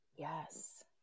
Yes